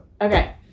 Okay